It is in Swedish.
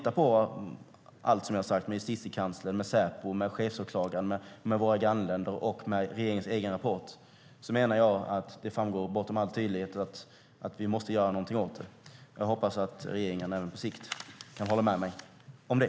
Av allt jag har nämnt - Justitiekanslern, Säpo, chefsåklagaren, våra grannländer och regeringens egen rapport - menar jag att det med all tydlighet framgår att vi måste göra någonting åt detta. Jag hoppas att regeringen även på sikt kan hålla med mig om det.